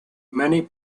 many